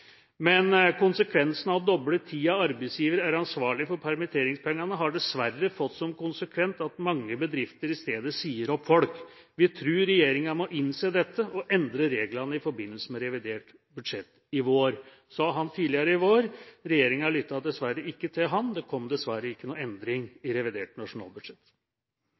konsekvensen av å doble tiden arbeidsgiver er ansvarlig for permitteringspengene, har dessverre fått som konsekvens at mange bedrifter i stedet sier opp folk. Vi tror regjeringen må innse dette og endre reglene i forbindelse med revidert budsjett i vår.» – Dette sa han tidligere i vår. Regjeringa lyttet dessverre ikke til han, det kom dessverre ingen endring i revidert nasjonalbudsjett.